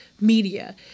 media